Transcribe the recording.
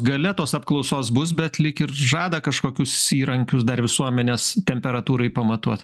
galia tos apklausos bus bet lyg ir žada kažkokius įrankius dar visuomenės temperatūrai pamatuot